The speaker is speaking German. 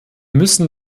müssen